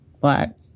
Black